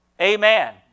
Amen